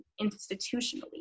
institutionally